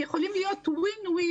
שיכולים להיות Win-Win,